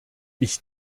ich